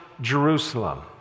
Jerusalem